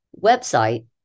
website